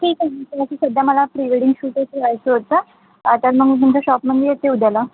ठीक आहे सध्या मला प्री वेडिंग शूटच करायचं होतं तर मग तुमच्या शॉपमध्ये मी येते उद्याला